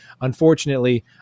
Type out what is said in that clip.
Unfortunately